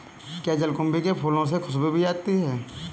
क्या जलकुंभी के फूलों से खुशबू भी आती है